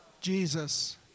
Jesus